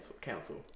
Council